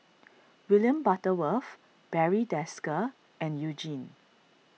William Butterworth Barry Desker and You Jin